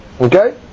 Okay